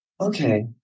okay